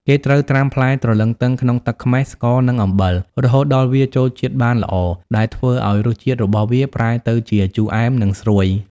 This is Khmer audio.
គេត្រូវត្រាំផ្លែទ្រលឹងទឹងក្នុងទឹកខ្មេះ ស្ករ និងអំបិល រហូតដល់វាចូលជាតិបានល្អ ដែលធ្វើឲ្យរសជាតិរបស់វាប្រែទៅជា ជូរអែម និងស្រួយ។